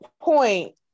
point